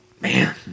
man